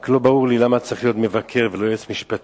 רק לא ברור לי למה צריך להיות מבקר ולא יועץ משפטי.